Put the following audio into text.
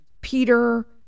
Peter